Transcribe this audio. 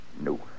No